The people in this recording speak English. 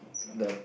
the